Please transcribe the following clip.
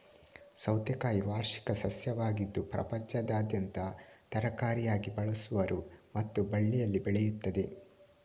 ಸೌತೆಕಾಯಿ ವಾರ್ಷಿಕ ಸಸ್ಯವಾಗಿದ್ದು ಪ್ರಪಂಚದಾದ್ಯಂತ ತರಕಾರಿಯಾಗಿ ಬಳಸುವರು ಮತ್ತು ಬಳ್ಳಿಯಲ್ಲಿ ಬೆಳೆಯುತ್ತವೆ